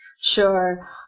Sure